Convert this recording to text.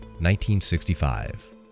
1965